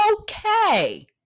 okay